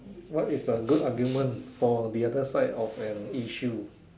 what is a good argument for the other side of an issue